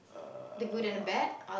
uh